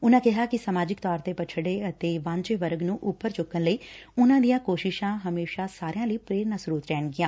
ਉਨਾਂ ਕਿਹਾ ਕਿ ਸਮਾਜਿਕ ਤੌਰ ਤੇ ਪਿਛੜੇ ਅਤੇ ਵਾਂਝੇ ਵਰਗ ਨੂੰ ਉਪਰ ਚੁੱਕਣ ਲਈ ਉਨਾਂ ਦੀਆਂ ਕੋਸ਼ਿਸ਼ਾਂ ਹਮੇਸ਼ਾ ਸਾਰਿਆਂ ਲਈ ਪ੍ਰੇਰਣਾ ਸਰੋਤ ਰਹਿਣਗੀਆਂ